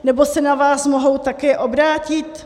Nebo se na vás mohou také obrátit?